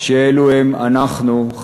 שאלו הם אנחנו,